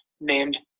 named